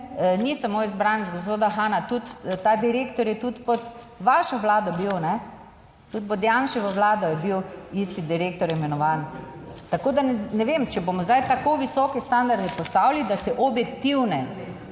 ni samo izbranec gospoda Hana, tudi, ta direktor je tudi pod vašo vlado bil, ne, tudi pod Janševo vlado je bil isti direktor imenovan. Tako, da ne vem, če bomo zdaj tako visoke standarde **100. TRAK: (NB)